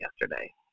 yesterday